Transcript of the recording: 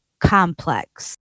complex